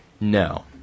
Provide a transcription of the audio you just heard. No